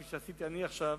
כפי שעשיתי אני עכשיו,